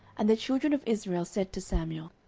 and the children of israel said to samuel,